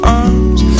arms